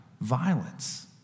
violence